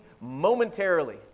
momentarily